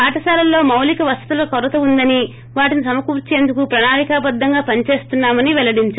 పాఠశాలల్లో మౌలిక వసతుల కొరత ఉందని వాటిని సమకూర్చేందుకు ప్రణాళికా బద్దంగా పనిచేస్తున్నామని పెల్లడించారు